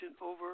over